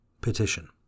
Petition